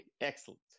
excellent